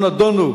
או נדונו,